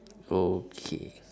okay